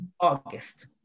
August